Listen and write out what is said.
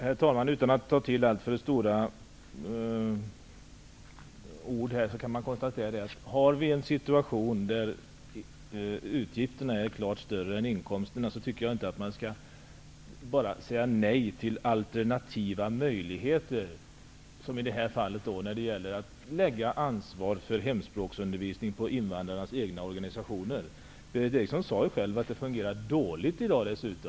Herr talman! Utan att ta till alltför stora ord, kan man konstatera att vi, om vi har en situation där utgifterna är klart större än inkomsterna, inte enbart skall säga nej till alternativa möjligheter när det gäller att lägga ansvar för hemspråksundervisning på invandrarnas egna organisationer. Berith Eriksson sade själv att den här undervisningen dessutom fungerar dåligt.